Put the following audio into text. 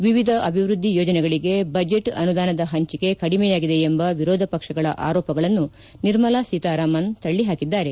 ವಿವಿಧ ಅಭಿವೃದ್ದಿ ಯೋಜನೆಗಳಿಗೆ ಬಜೆಟ್ ಅನುದಾನದ ಹಂಚಿಕೆಯಲ್ಲಿ ಕಡಿಮೆಯಾಗಿದೆ ಎಂಬ ವಿರೋಧಪಕ್ಷಗಳ ಆರೋಪಗಳನ್ನು ನಿರ್ಮಲಾ ಸೀತಾರಾಮನ್ ತಳ್ಳಹಾಕಿದ್ದಾರೆ